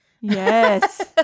Yes